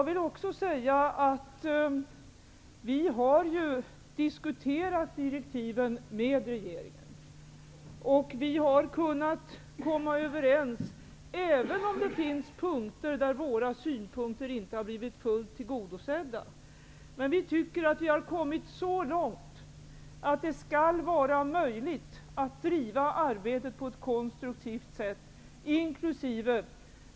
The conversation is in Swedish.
Vi har diskuterat direktiven med regeringen. Även om det finns punkter där våra synpunkter inte har blivit fullt tillgodosedda, tycker vi ändå att vi har kommit så långt att det skall vara möjligt att driva arbetet på ett konstruktivt sätt inkl.